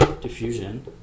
diffusion